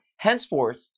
Henceforth